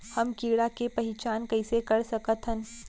हम कीड़ा के पहिचान कईसे कर सकथन